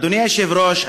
אדוני היושב-ראש,